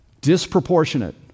Disproportionate